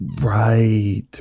Right